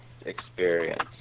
experience